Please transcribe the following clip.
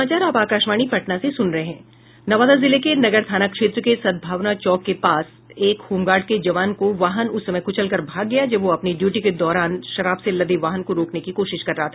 नवादा जिले के नगर थाना क्षेत्र के सदभावना चौक के एक होमगार्ड के जवान को वाहन उस समय कुचल कर भाग गया जब वह अपनी ड्यूटी के दौरान शराब से लदे वाहन को रोकने की कोशिश कर रहा था